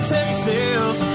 Texas